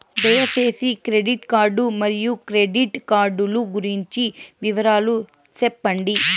దయసేసి credit card మరియు credit card లు గురించి వివరాలు సెప్పండి?